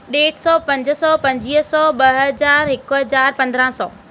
ॾेढ सौ पंज सौ पंजुवीह सौ ॿ हज़ार हिकु हज़ार पंद्रहं सौ